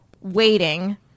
waiting